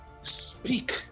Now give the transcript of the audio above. speak